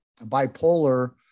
bipolar